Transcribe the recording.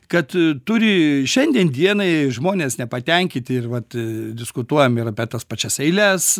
kad turi šiandien dienai žmonės nepatenkinti ir vat diskutuojam ir apie tas pačias eiles